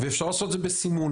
ואפשר לעשות את זה בסימון.